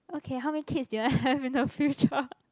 okay how many kids do you want to have in the future